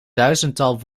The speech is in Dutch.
duizendtal